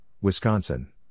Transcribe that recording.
Wisconsin